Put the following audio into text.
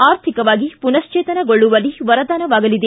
ಅರ್ಥಿಕವಾಗಿ ಪುನಶ್ಚೇತನಗೊಳ್ಳುವಳ್ಲಿ ವರದಾನವಾಗಲಿದೆ